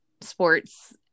sports